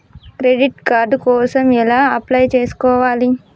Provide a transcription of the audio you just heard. Credit card కోసం ఎలా apply చేసుకోవాలి?